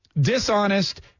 dishonest